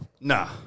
Nah